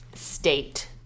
state